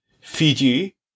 Fiji